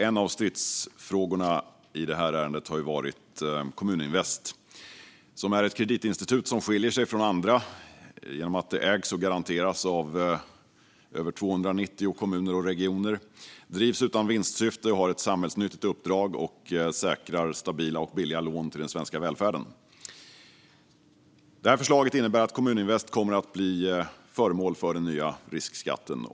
En av stridsfrågorna i ärendet har varit Kommuninvest, som är ett kreditinstitut som skiljer sig från andra genom att det ägs och garanteras av över 290 kommuner och regioner. Det drivs utan vinstsyfte, det har ett samhällsnyttigt uppdrag och det säkrar stabila och billiga lån till den svenska välfärden. Förslaget innebär att Kommuninvest kommer att bli föremål för den nya riskskatten.